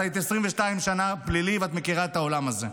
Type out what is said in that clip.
את היית 22 שנה בפלילי ואת מכירה את העולם הזה,